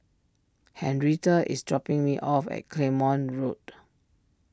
Henrietta is dropping me off at Claymore Road